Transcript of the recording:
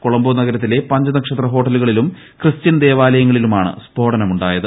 കൊളംബോ സനഗരത്തിലെ പഞ്ചനക്ഷത്ര ഹോട്ടലുകളിലും ക്രിസ്ത്യൻ ദേവാലയങ്ങളിലുമാണ് ഉണ്ടായത്